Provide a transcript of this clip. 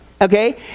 okay